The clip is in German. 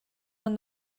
man